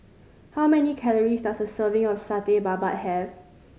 how many calories does a serving of Satay Babat have